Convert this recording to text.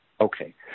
Okay